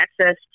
access